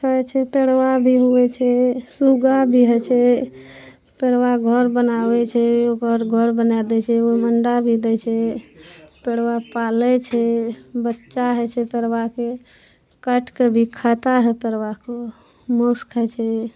खाय छै पड़बा भी होइ छै सूगा भी होइ छै पड़बा घर बनाबै छै ओकर घर बनए दै छै ओ अण्डा भी दै छै पड़बा पालै छै बच्चा होइ छै पड़बाके काटिके भी खाता है पड़बा के मासु खाय छै